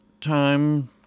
time